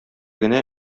генә